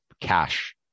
cash